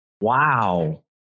Wow